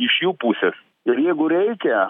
iš jų pusės ir jeigu reikia